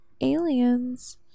aliens